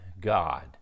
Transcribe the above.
God